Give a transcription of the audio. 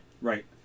Right